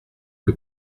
que